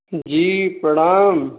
जी प्रणाम